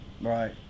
right